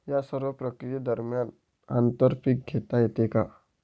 या सर्व प्रक्रिये दरम्यान आंतर पीक घेता येते का?